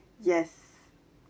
yes